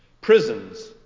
prisons